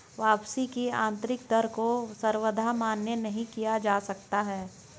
वापसी की आन्तरिक दर को सर्वथा मान्य नहीं किया जा सकता है